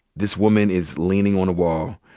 this woman is leaning on a wall.